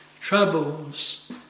troubles